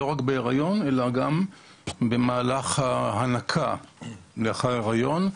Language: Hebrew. לא רק בהיריון, אלא גם במהלך ההנקה לאחר ההיריון.